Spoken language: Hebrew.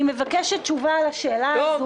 אני מבקשת תשובה על השאלה הזו,